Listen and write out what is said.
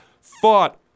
fought